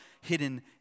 hidden